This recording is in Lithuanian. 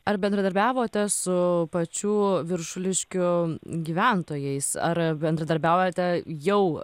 ar bendradarbiavote su pačių viršuliškių gyventojais ar bendradarbiaujate jau